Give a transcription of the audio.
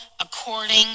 according